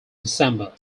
december